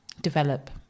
develop